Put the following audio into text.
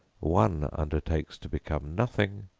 one undertakes to become nothing,